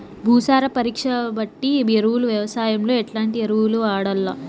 భూసార పరీక్ష బట్టి ఎరువులు వ్యవసాయంలో ఎట్లాంటి ఎరువులు వాడల్ల?